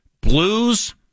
Blues